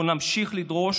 אנחנו נמשיך לדרוש